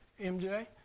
MJ